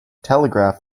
telegraph